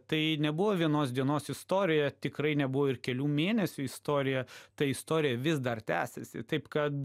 tai nebuvo vienos dienos istorija tikrai nebuvo ir kelių mėnesių istorija ta istorija vis dar tęsiasi taip kad